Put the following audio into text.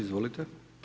Izvolite.